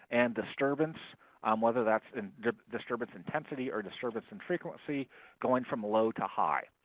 and disturbance um whether that's and disturbance intensity or disturbance in frequency going from low to high.